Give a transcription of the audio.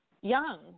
young